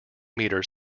meters